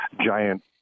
giant